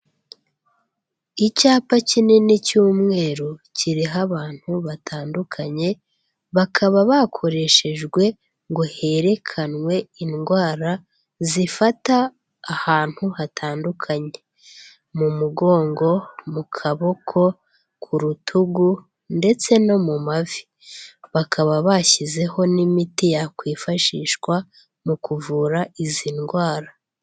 Icyapa kinini cy'umweru kiriho abantu batandukanye bakaba bakoreshejwe ngo herekanwe indwara zifata ahantu hatandukanye mu mugongo, mu kaboko, ku rutugu ndetse no mu mavi bakaba bashyizeho n'imiti yakwifashishwa mu kuvura izi ndwara.